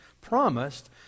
promised